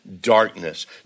darkness